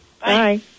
Bye